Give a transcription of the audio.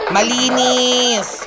Malinis